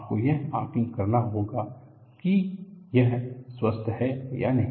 आपको यह आकलन करना होगा कि यह स्वस्थ है या नहीं